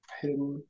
hidden